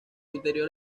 interior